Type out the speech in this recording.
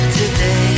today